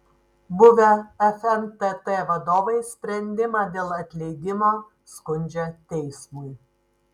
buvę fntt vadovai sprendimą dėl atleidimo skundžia teismui